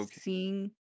seeing